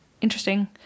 interesting